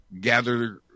gather